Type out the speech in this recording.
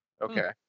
Okay